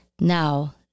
Now